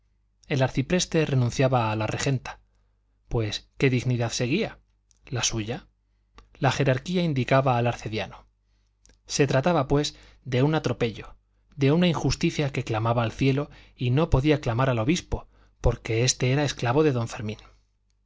el arcipreste renunciaba a la regenta pues qué dignidad seguía la suya la jerarquía indicaba al arcediano se trataba pues de un atropello de una injusticia que clamaba al cielo y no podía clamar al obispo porque este era esclavo de don fermín